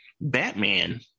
batman